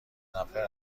متنفر